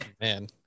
man